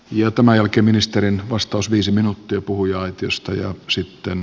ja tämä jälkiministerin vastaus viisi minuuttia puhuja aitiosta ja sitten